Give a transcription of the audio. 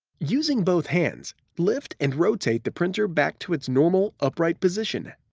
using both hands, lift and rotate the printer back to its normal upright position.